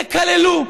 תקללו,